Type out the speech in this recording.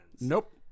Nope